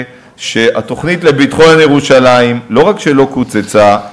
שהתוכנית לביטחון ירושלים לא רק שלא קוצצה,